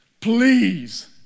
Please